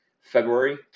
February